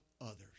others